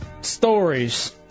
stories